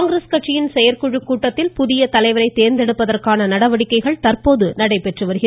காங்கிரஸ் கட்சியின் செயற்குழு கூட்டத்தில் புதிய தலைவரை தேர்ந்தெடுப்பதற்கான நடவடிக்கைகள் தற்போது நடைபெற்று வருகிறது